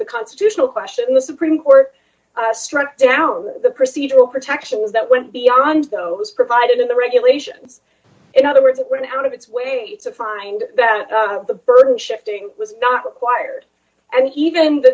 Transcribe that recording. the constitutional question the supreme court struck down the procedural protections that went beyond what was provided in the regulations in other words it went out of its way to find that the burden shifting was not required and even the